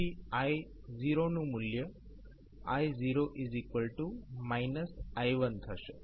તેથી i0 નું મૂલ્ય i0 i1થશે